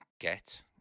get